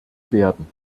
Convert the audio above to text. werden